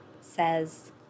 says